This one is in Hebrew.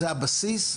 שזה הבסיס,